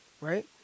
right